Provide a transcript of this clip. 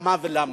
על מה ולמה,